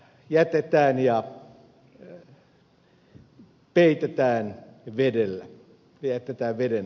täällä isänmaa jätetään veden alle peittoon